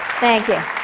thank you.